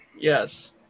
Yes